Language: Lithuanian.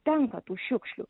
tenka tų šiukšlių